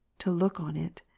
to look on it.